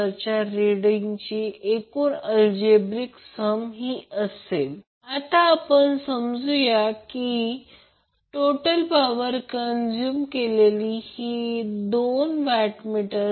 तर जर ही सर्व मूल्ये या करंट मग्निट्यूड आणि रेजिस्टन्स मूल्यांमधून ठेवली तर येथे देखील 2067 वॅट मिळतील